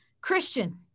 Christian